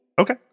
Okay